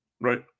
right